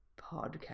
podcast